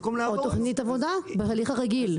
או תוכנית עבודה, בהליך הרגיל.